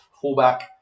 fullback